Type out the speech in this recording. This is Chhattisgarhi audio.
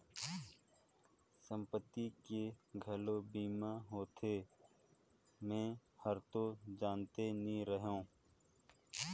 संपत्ति के घलो बीमा होथे? मे हरतो जानते नही रहेव